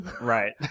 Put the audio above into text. Right